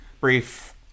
Brief